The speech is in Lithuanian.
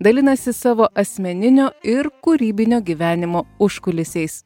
dalinasi savo asmeninio ir kūrybinio gyvenimo užkulisiais